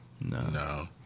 No